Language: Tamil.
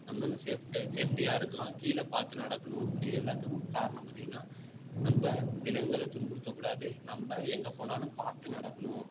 நம்மளும் சேஃப்ட்டி சேஃப்ட்டியாக இருக்கலாம் கீழே பார்த்து நடக்கணும் இது எல்லாத்துக்கும் காரணம் பார்த்தீங்கன்னா நம்ம விலங்குகளை துன்புறுத்தக்கூடாது நம்ம எங்கே போனாலும் பார்த்து நடக்கணும்